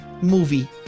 movie